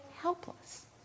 helpless